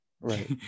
right